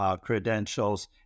credentials